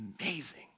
amazing